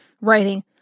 writing